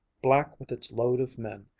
black with its load of men,